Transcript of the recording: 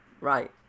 right